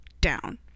down